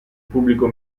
pubblico